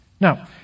Now